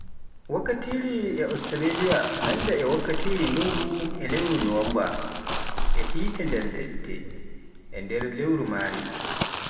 Wakkati Australiya e nanda e wakkati e ndunngu e lewru nuwamba, yiite ladde nder lewru maris.